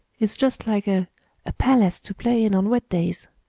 it's just like a a palace to play in on wet days!